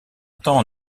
temps